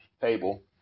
table